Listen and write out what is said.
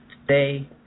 today